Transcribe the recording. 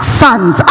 sons